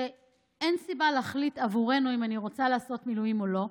שאין סיבה להחליט עבורנו אם אני רוצה לעשות מילואים או לא,